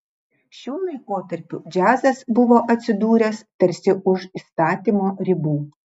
šiuo laikotarpiu džiazas buvo atsidūręs tarsi už įstatymo ribų